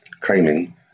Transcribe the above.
claiming